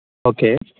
okay